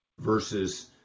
versus